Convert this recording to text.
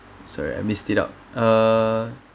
sorry I messed it up uh